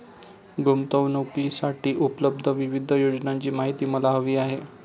गुंतवणूकीसाठी उपलब्ध विविध योजनांची माहिती मला हवी आहे